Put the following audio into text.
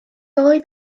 oedd